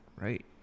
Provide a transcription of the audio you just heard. right